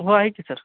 हो आहे की सर